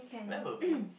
where were we